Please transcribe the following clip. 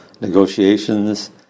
negotiations